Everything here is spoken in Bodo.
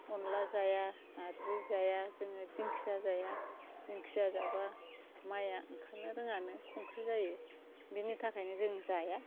अनद्ला जाया नारजि जाया जोङो दिंखिया जाया दिंखिया जाब्ला माइआ ओंखारनो रोङानो खंख्रि जायो बिनि थाखायनो जों जाया